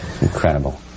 Incredible